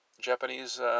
Japanese